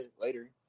later